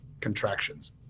contractions